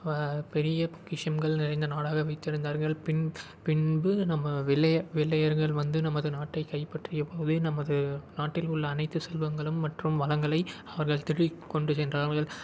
பெரிய பொக்கிஷங்கள் நிறைந்த நாடாக வைத்திருந்தார்கள் பின் பின்பு நம்ம வெள்ளைய வெள்ளையர்கள் வந்து நமது நாட்டை கைப்பற்றியபோது நமது நாட்டில் உள்ள அனைத்து செல்வங்களும் மற்றும் வளங்களை அவர்கள் திருடிக்கொண்டு சென்றார்கள்